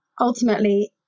ultimately